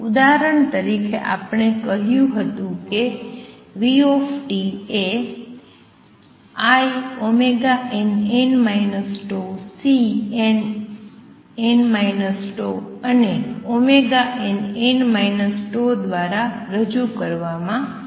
ઉદાહરણ તરીકે આપણે કહ્યું હતું કે v એ inn τCnn τ અને nn τ દ્વારા રજૂ કરવામાં આવે છે